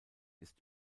ist